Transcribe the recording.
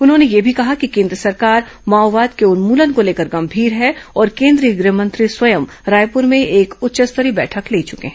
उन्होंने यह भी कहा कि केन्द्र सरकार माओवाद के उन्मुलन को लेकर गंभीर है और केंद्रीय गृह मंत्री स्वयं रायपुर में एक उच्च स्तरीय बैठक ले चुके हैं